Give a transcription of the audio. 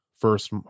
first